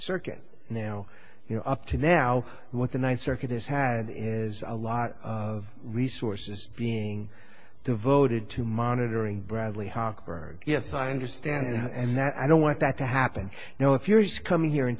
circuit now you know up to now what the ninth circuit has had is a lot of resources being devoted to monitoring bradley hochberg yes i understand that i don't want that to happen you know if you're just coming here and